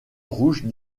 rouges